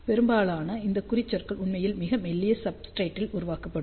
பெரும்பாலும் இந்த குறிச்சொற்கள் உண்மையில் மிக மெல்லிய சப்ஸ்ரேட்டில் உருவாக்கப்படும்